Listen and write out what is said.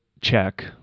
check